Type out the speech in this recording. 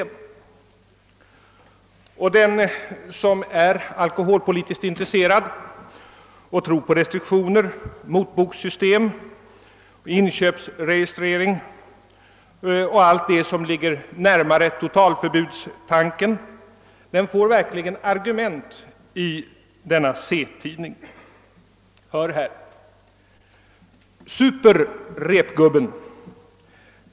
Och den som är alkoholpolitiskt intresserad och tror på restriktioner, motbokssystem, inköpsregistrering och allt det som ligger närmare totalförbudstanken får argument i Se. Hör här: »Super repgubben?